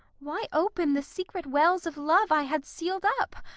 why open the secret wells of love i had sealed up?